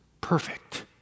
Perfect